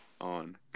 on